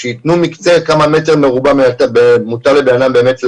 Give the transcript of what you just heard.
שיתנו מקצה כמה מטר מרובע מותר לבן אדם באמת לעמוד.